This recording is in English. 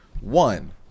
One